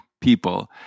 people